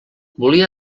volia